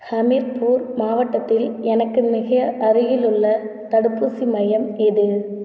ஹமிர்பூர் மாவட்டத்தில் எனக்கு மிக அருகிலுள்ள தடுப்பூசி மையம் எது